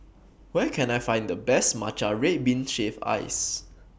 Where Can I Find The Best Matcha Red Bean Shaved Ice